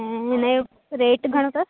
ऐं हिन जो रेट घणो अथसि